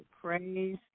Praise